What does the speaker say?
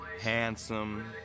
Handsome